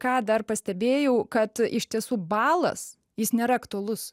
ką dar pastebėjau kad iš tiesų balas jis nėra aktualus